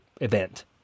event